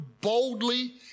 boldly